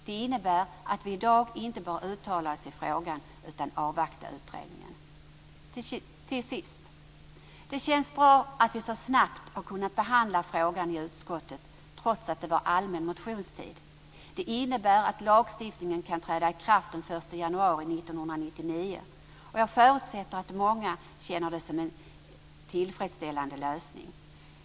Det innebär att vi i dag inte bör uttala oss i frågan utan bör avvakta utredningen. Till sist känns det bra att vi så snabbt har kunnat behandla frågan i utskottet, trots att det var allmän motionstid. Det innebär att lagstiftningen kan träda i kraft den 1 januari 1999. Och jag förutsätter att många känner det som en tillfredsställande lösning.